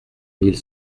mille